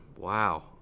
Wow